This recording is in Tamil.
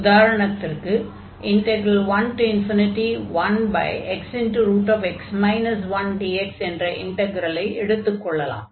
உதாரணத்திற்கு 11xx 1dx என்ற இன்டக்ரலை எடுத்துக் கொள்ளலாம்